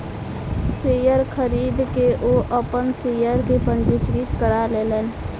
share खरीद के ओ अपन शेयर के पंजीकृत करा लेलैन